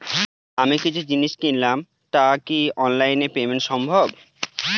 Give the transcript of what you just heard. আমি কিছু জিনিস কিনলাম টা কি অনলাইন এ পেমেন্ট সম্বভ?